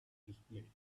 display